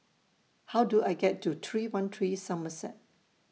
How Do I get to three one three Somerset